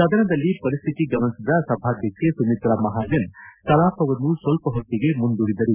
ಸದನದಲ್ಲಿನ ಪರಿಸ್ಥಿತಿ ಗಮನಿಸಿದ ಸಭಾಧ್ಯಕ್ಷೆ ಸುಮಿತ್ತಾ ಮಹಾಜನ್ ಕಲಾಪವನ್ನು ಸ್ವಲ್ಪ ಹೊತ್ತಿಗೆ ಮುಂದೂಡಿದರು